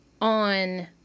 on